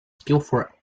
skillful